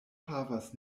havas